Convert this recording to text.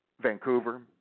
Vancouver